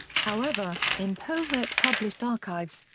however, in pauvert's published archives,